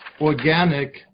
organic